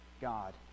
God